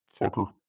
fucker